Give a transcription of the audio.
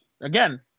again